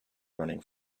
running